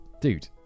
dude